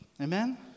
Amen